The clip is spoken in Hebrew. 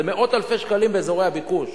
זה מאות אלפי שקלים באזורי הביקוש,